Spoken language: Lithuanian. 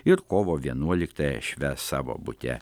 ir kovo vienuoliktąją švęs savo bute